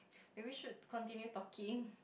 then we should continue talking